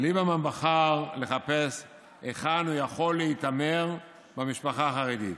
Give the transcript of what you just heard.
וליברמן בחר לחפש היכן הוא יכול להתעמר במשפחה החרדית.